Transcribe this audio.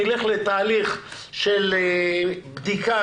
נלך לתהליך של בדיקה,